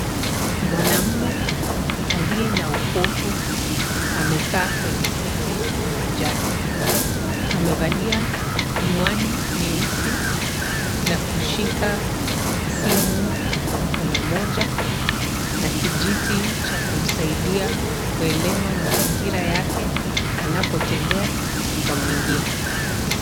Mwanaume aliye na upofu amekaa kwenye kiti uwanjani, amevalia miwani nyeusi na kushika fimbo Kwa mkono mmoja na kijiti cha kumsaidia kuelewa mazingira yake anapotembeaNa mwingine